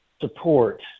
support